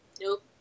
Nope